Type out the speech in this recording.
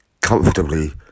comfortably